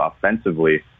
offensively